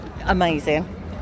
Amazing